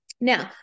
Now